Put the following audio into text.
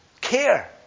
care